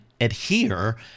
adhere